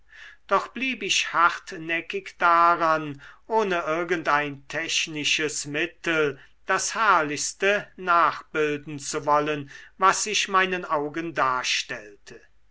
doch blieb ich hartnäckig daran ohne irgend ein technisches mittel das herrlichste nachbilden zu wollen was sich meinen augen darstellte